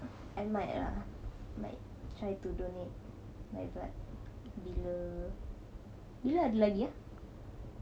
I might uh might try to donate my blood bila bila ada lagi ah